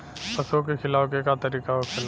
पशुओं के खिलावे के का तरीका होखेला?